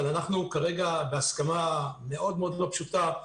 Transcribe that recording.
אבל אנחנו כרגע בהסכמה מאוד מאוד לא פשוטה.